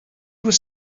was